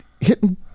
hitting